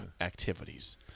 activities